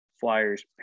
Flyers